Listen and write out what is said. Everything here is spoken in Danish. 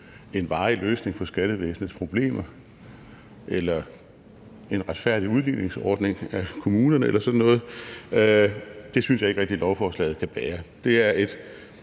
en varig løsning på skattevæsenets problemer eller en retfærdig udligningsordning for kommunerne eller sådan noget, og det synes jeg ikke rigtig lovforslaget kan bære.